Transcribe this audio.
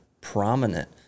prominent